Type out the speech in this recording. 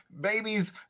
Babies